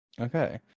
okay